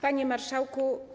Panie Marszałku!